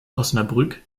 osnabrück